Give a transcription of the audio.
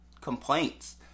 complaints